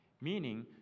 Meaning